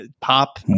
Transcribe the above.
pop